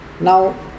Now